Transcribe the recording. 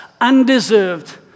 undeserved